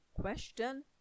Question